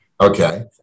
Okay